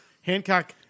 Hancock